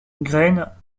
graines